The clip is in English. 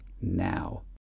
now